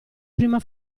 prima